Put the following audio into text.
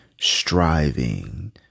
striving